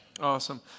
Awesome